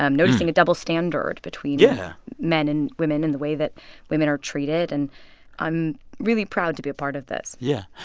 noticing a double standard between yeah men and women in the way that women are treated. and i'm really proud to be a part of this yeah.